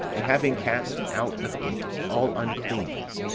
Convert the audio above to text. and having cast out of it all uncleanness,